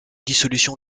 dissolution